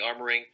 armoring